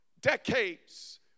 decades